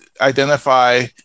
identify